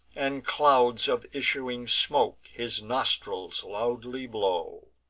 and clouds of issuing smoke his nostrils loudly blow.